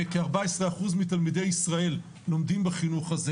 כארבע עשרה אחוז מתלמידי ישראל לומדים בחינוך הזה